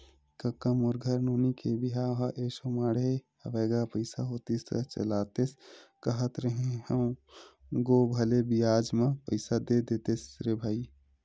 कका मोर घर नोनी के बिहाव ह एसो माड़हे हवय गा पइसा होतिस त चलातेस कांहत रेहे हंव गो भले बियाज म पइसा दे देतेस रे भई